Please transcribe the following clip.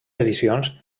edicions